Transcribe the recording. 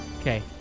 Okay